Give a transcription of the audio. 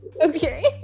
Okay